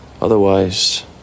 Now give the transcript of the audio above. Otherwise